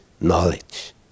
knowledge